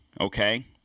okay